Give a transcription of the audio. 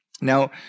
Now